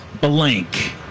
blank